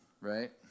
right